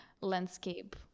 landscape